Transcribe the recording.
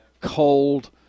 cold